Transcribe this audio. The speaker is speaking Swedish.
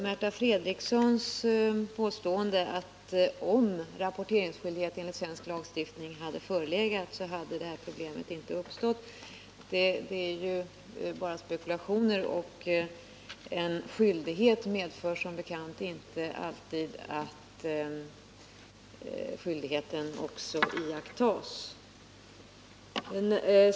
Märta Fredriksons påstående att om rappo.teringsskyldighet i svensk lagstiftning förelegat hade det här problemet inte uppstått är ju bara spekulationer. En skyldighet medför som bekant inte alltid att den också iakttas.